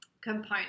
component